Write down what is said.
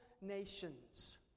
nations